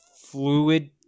fluid